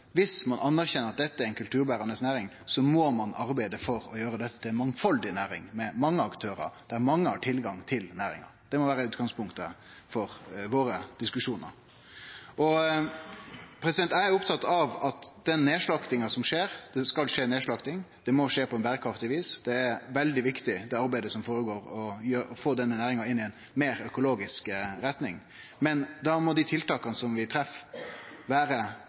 ein anerkjenner at dette er ei kulturberande næring, må ein arbeide for å gjere dette til ei mangfaldig næring med mange aktørar, der mange har tilgang til næringa. Det må vere utgangspunktet for våre diskusjonar. Eg er opptatt av at den nedslaktinga som skjer – det skal skje ei nedslakting – må skje på eit berekraftig vis. Det er veldig viktig i dette arbeidet å få denne næringa inn i ei meir økologisk retning. Men da må dei tiltaka som vi treffer, vere